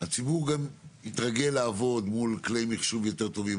ואני מקווה שהציבור גם יתרגל לעבוד מול כלי מחשוב יותר טובים,